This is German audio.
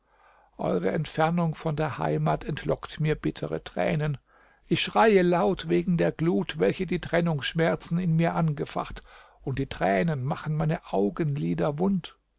eure entfernung von der heimat entlockt mir bittere tränen ich schreie laut wegen der glut welche die trennungsschmerzen in mir angefacht und die tränen machen meine augenlider wund